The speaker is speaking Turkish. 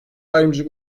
ayrımcılık